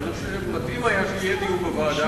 אבל אני חושב שמתאים שיהיה דיון בוועדה,